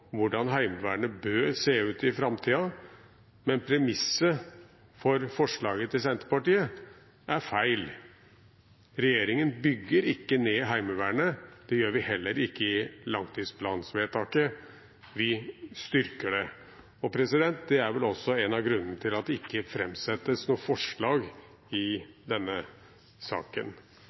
hvordan Heimevernet bør se ut i framtiden, men premisset for forslaget til Senterpartiet er feil; regjeringen bygger ikke ned Heimevernet. Det gjør vi heller ikke i langtidsplanvedtaket – vi styrker det. Det er vel også en av grunnene til at det ikke framsettes noe forslag i denne saken.